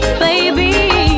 baby